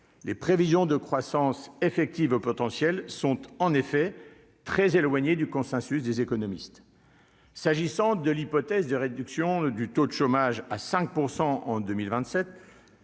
les prévisions de croissance effective potentiels sont en effet très éloigné du consensus des économistes s'agissant de l'hypothèse de réduction du taux de chômage à 5 % en 2027